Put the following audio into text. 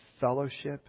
fellowship